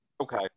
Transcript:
Okay